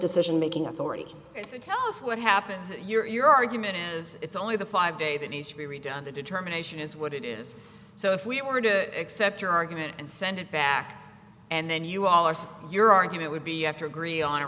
decision making authority to tell us what happens you're argument is it's only the five day that needs to be redone the determination is what it is so if we were to accept your argument and send it back and then you all are so your argument would be you have to agree on a